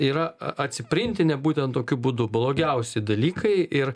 yra atsiprintinę būtent tokiu būdu blogiausi dalykai ir